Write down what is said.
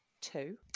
two